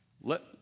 Let